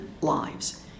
lives